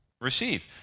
receive